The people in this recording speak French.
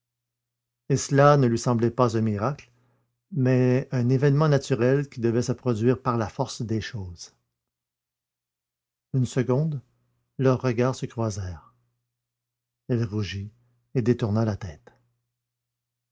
et cela ne lui semblait plus un miracle mais un événement naturel qui devait se produire par la force des choses une seconde leurs regards se croisèrent elle rougit et détourna la tête